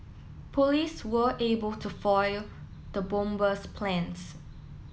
police were able to foil the bomber's plans